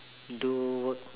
do work